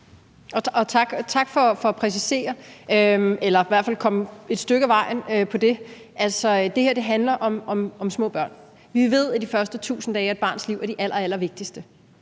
tak for at præcisere det eller i hvert fald komme et stykke ad vejen med det. Altså, det her handler om små børn. Vi ved, at de første 1.000 dage af et barns liv er de allerallervigtigste.